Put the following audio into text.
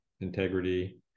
integrity